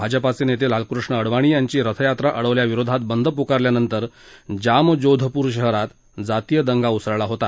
भाजपा नेते लालकृष्ण अडवाणी यांची रथयात्रा अडवल्या विरोधात बंद पुकारल्यानंतर जामजोधपूर शहरात जातीय दंगा उसळला होता